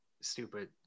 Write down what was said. stupid